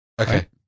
Okay